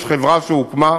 יש חברה שהוקמה,